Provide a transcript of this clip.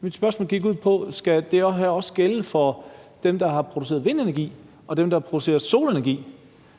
Mit spørgsmål gik ud på, om det her også skal gælde for dem, der producerer vindenergi, og dem, der producerer solenergi,